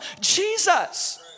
Jesus